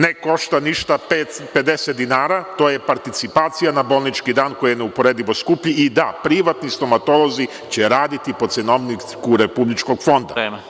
Ne košta ništa 50 dinara, to je participacija na bolnički dan koji je neuporedivo skuplji i da, privatni stomatolozi će raditi po cenovniku Republičkog fonda.